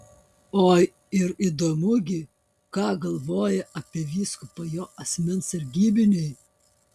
oi ir įdomu gi ką galvoja apie vyskupą jo asmens sargybiniai